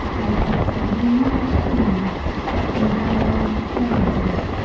i had continual swoonings and violent pains.